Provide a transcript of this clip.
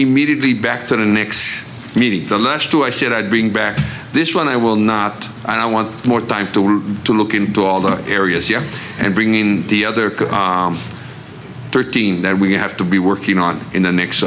immediately back to the next meeting the last two i said i'd bring back this one i will not i want more time to look into all the areas you and bringing the other thirteen that we have to be working on in the next